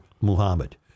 Muhammad